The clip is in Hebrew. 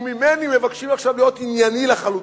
וממני מבקשים עכשיו להיות ענייני לחלוטין.